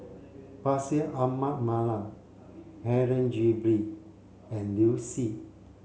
Bashir Ahmad Mallal Helen Gilbey and Liu Si